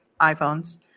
iPhones